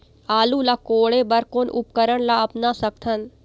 आलू ला कोड़े बर कोन उपकरण ला अपना सकथन?